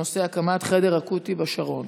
הנושא: הקמת חדר אקוטי בשרון.